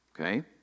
Okay